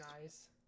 Nice